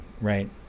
right